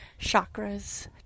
chakras